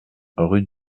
rue